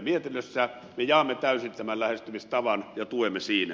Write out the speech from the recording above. me jaamme täysin tämän lähestymistavan ja tuemme siinä